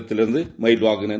உதகையிலிருந்து Mayilvahanan